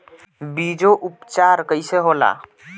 बीजो उपचार कईसे होला?